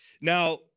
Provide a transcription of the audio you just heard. Now